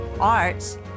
arts